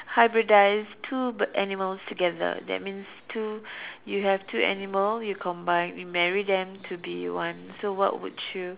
hybridize two b~ animals together that means two you have two animal you combine you marry them to be one so what would you